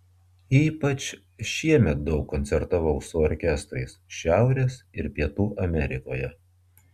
ypač šiemet daug koncertavau su orkestrais šiaurės ir pietų amerikoje